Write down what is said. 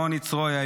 רוני צוריה,